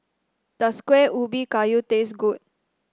does Kueh Ubi Kayu taste good